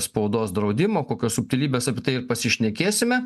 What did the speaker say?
spaudos draudimo kokios subtilybės apie tai ir pasišnekėsime